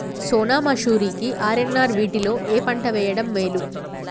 సోనా మాషురి కి ఆర్.ఎన్.ఆర్ వీటిలో ఏ పంట వెయ్యడం మేలు?